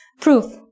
proof